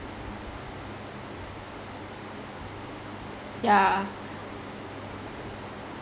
yeah